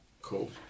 cool